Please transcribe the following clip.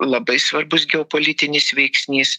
labai svarbus geopolitinis veiksnys